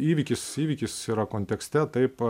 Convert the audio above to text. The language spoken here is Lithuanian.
įvykis įvykis yra kontekste taip